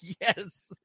Yes